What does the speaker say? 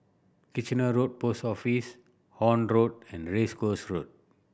Kitchener Road Post Office Horne Road and Race Course Road